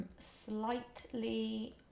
slightly